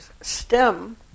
STEM